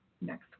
next